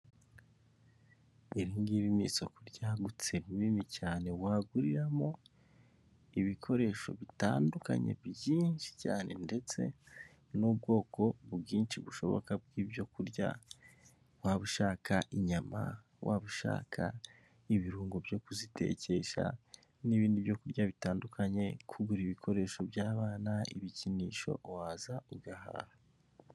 Iringiri ni isoko ryagutse rinini cyane waguriramo ibikoresho bitandukanye byinshi cyane ndetse n'ubwoko bwinshi bushoboka bw'ibyokurya waba ushaka inyama waba ushaka ibirungo byo kuzitekesha n'ibindi byokurya bitandukanye ,kugura ibikoresho by'abana ibikinisho waza ugahaha .